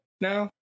No